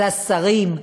על השרים?